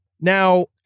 Now